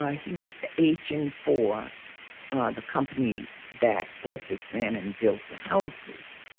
he was the agent for the company that bought this land and built the houses.